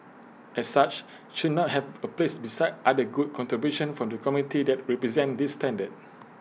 as such should not have A place beside other good contributions from the community that represent this standard